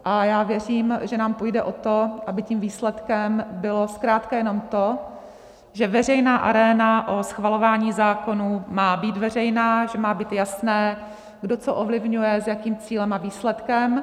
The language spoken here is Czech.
A já věřím, že nám půjde o to, aby tím výsledkem bylo zkrátka jenom to, že veřejná aréna o schvalování zákonů má být veřejná, že má být jasné, kdo co ovlivňuje, s jakým cílem a výsledkem.